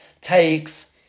takes